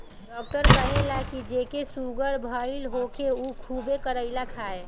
doctor कहेला की जेके सुगर भईल होखे उ खुबे करइली खाए